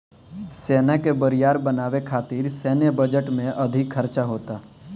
सेना के बरियार बनावे खातिर सैन्य बजट में अधिक खर्चा होता